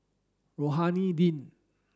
Rohani Din